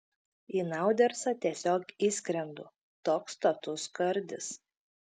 į naudersą tiesiog įskrendu toks status skardis